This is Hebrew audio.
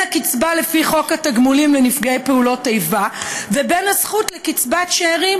הקצבה לפי חוק התגמולים לנפגעי פעולות איבה לבין הזכות לקצבת שאירים